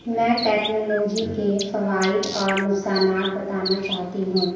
میں ٹیکنالوجی کے فوائد اور نقصانات بتانا چاہتی ہوں